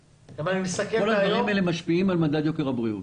כל הדברים האלה משפיעים על מדד יוקר הבריאות,